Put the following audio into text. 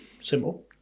simple